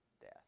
death